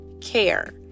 care